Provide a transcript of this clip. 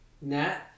Nat